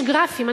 יש גרפים,